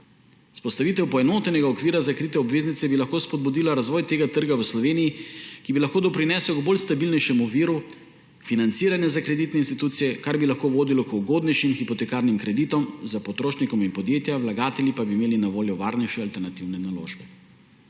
Vzpostavitev poenotenega okvira za krite obveznice bi lahko spodbudila razvoj tega trga v Sloveniji, ki bi lahko doprinesel k stabilnejšemu viru financiranja za kreditne institucije, kar bi lahko vodilo k ugodnejšim hipotekarnim kreditom za potrošnike in podjetja, vlagatelji pa bi imeli na voljo varnejše alternativne naložbe.